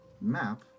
map